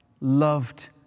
loved